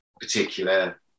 particular